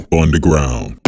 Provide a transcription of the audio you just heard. underground